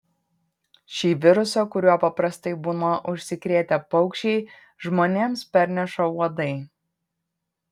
šį virusą kuriuo paprastai būna užsikrėtę paukščiai žmonėms perneša uodai